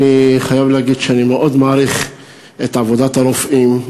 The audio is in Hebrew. אני חייב להגיד שאני מאוד מעריך את עבודת הרופאים,